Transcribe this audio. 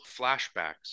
flashbacks